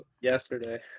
yesterday